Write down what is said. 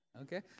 okay